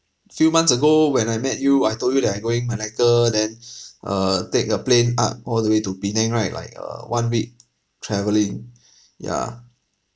few months ago when I met you I told you that I going malacca than uh take a plane up all the way to penang right like err one week travelling yeah